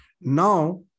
Now